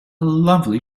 lovely